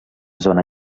zona